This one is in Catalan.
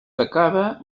tacada